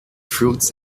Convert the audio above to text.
fruits